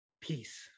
Peace